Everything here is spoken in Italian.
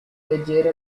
leggera